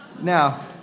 Now